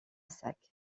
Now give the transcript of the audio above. sac